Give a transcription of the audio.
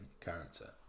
character